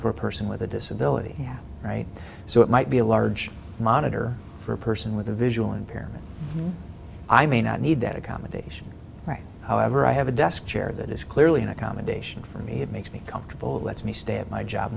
for a person with a disability yeah right so it might be a large monitor for a person with a visual impairment i may not need that accommodation right however i have a desk chair that is clearly an accommodation for me it makes me comfortable lets me stay at my job